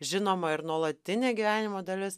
žinoma ir nuolatinė gyvenimo dalis